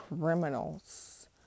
Criminals